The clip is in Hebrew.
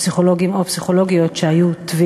פסיכולוג או פסיכולוגית תצטרך להיות